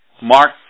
Mark